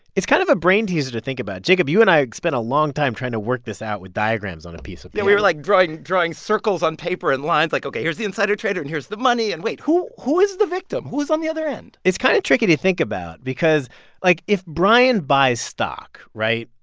it's kind of a brainteaser to think about it. jacob, you and i spent a long time trying to work this out with diagrams on a piece of paper yeah, we were like drawing drawing circles on paper and lines like, ok, here's the insider trader, and here's the money. and wait. who who is the victim? who's on the other end? it's kind of tricky to think about because like if bryan buys stock right?